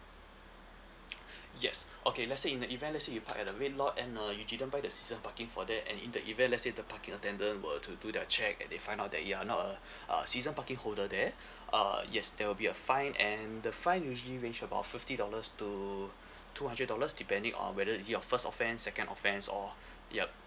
yes okay let's say in the event let's say you parked at a red lot and uh you didn't buy a season parking for that and in the event let's say the parking attendant were to do their check and they find out that you're not a uh season parking holder there uh yes there will be a fine and the fine usually range about fifty dollars to two hundred dollars depending on whether is it your first offence second offense or yup